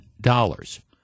dollars